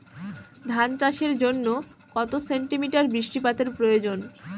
ধান চাষের জন্য কত সেন্টিমিটার বৃষ্টিপাতের প্রয়োজন?